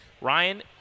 Ryan